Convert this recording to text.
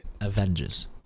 Avengers